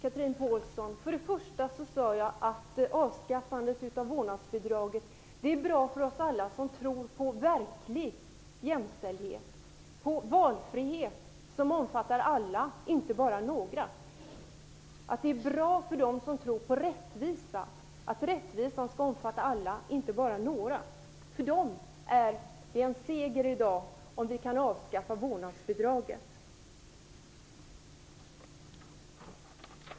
Fru talman! För det första sade jag att avskaffandet av vårdnadsbidraget är bra för oss alla som tror på verklig jämställdhet, på valfrihet som omfattar alla, inte bara några, och att det är bra för dem som tror på rättvisa. Rättvisan skall omfatta alla, inte bara några. För dem är det en seger i dag om vi kan avskaffa vårdnadsbidraget.